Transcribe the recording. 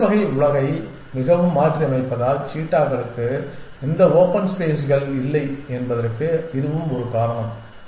மனித வகை உலகை மிகவும் மாற்றியமைப்பதால் சீட்டாக்களுக்கு இந்த ஓப்பன் ஸ்பேஸ்கள் இல்லை என்பதற்கு இதுவும் ஒரு காரணம்